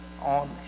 on